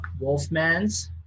Wolfmans